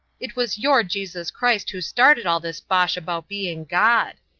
it was your jesus christ who started all this bosh about being god.